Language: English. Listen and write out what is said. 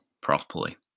properly